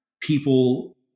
people